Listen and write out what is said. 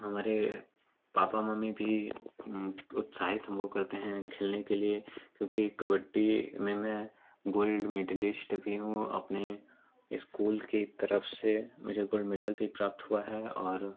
हमारे पापा मम्मी भी उत्साहित हमको करते हैं खेलने के लिए क्योंकि कबड्डी में मैं गोल्ड मेडलिस्ट भी हूँ अपने इस्कूल की तरफ़ से मुझे गोल्ड मेडल भी प्राप्त हुआ है और